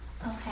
Okay